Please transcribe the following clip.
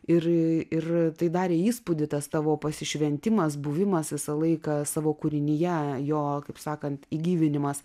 ir ir tai darė įspūdį tas tavo pasišventimas buvimas visą laiką savo kūrinyje jo kaip sakant įgyvendinimas